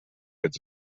its